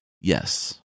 Yes